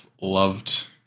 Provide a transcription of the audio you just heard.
loved